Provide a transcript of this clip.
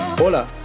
Hola